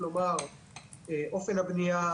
כלומר אופן הבנייה,